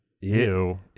Ew